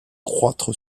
croître